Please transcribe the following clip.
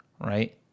right